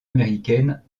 américaine